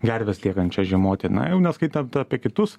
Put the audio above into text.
gerves liekančias žiemoti na jau neskaitant apie kitus